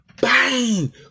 Bang